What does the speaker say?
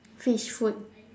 fish food